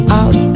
out